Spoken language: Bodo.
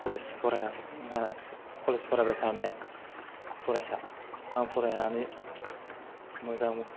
कलेज फरायगासिनो कलेज फरायबाय थानाय फरायसा आं फरायनानै मोजां